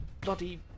bloody